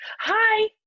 hi